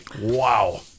Wow